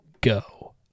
go